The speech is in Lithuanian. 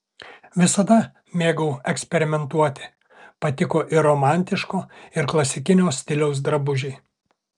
visada mėgau eksperimentuoti patiko ir romantiško ir klasikinio stiliaus drabužiai